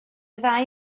ddau